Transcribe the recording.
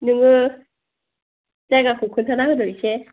नोङो जायगाखौ खोन्थाना होदो इसे